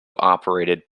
operated